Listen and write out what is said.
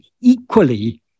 equally